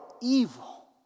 evil